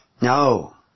No